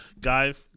Guys